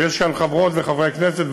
ויש כאן חברות וחברי כנסת,